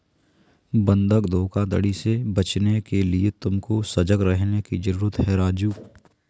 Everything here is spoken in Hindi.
बंधक धोखाधड़ी से बचने के लिए तुमको सजग रहने की जरूरत है राजु